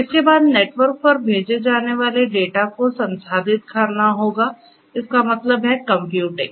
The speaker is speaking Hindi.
इसके बाद नेटवर्क पर भेजे जाने वाले डेटा को संसाधित करना होगा इसका मतलब है कंप्यूटिंग